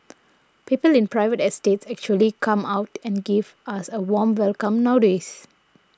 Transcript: people in private estates actually come out and give us a warm welcome nowadays